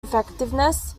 effectiveness